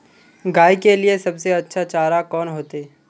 गाय के लिए सबसे अच्छा चारा कौन होते?